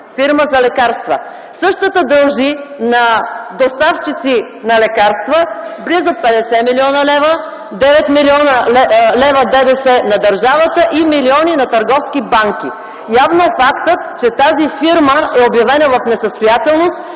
фирма за лекарства. Същата дължи на доставчици на лекарства близо 50 млн. лв., 9 млн. лв. ДДС на държавата и милиони на търговски банки. Явно фактът, че тази фирма е обявена в несъстоятелност,